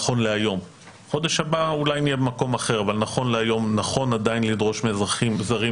נכון להיום נכון עדיין לדרוש מאזרחים זרים